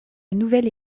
nouvelle